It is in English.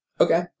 Okay